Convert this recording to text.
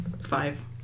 Five